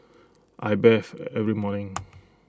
I bathe every morning